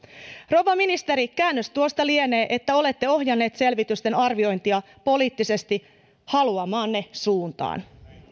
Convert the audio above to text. rouva ministeri käännös tuosta lienee että olette ohjanneet selvitysten arviointia poliittisesti haluamaanne suuntaan